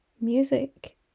music